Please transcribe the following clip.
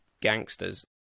gangsters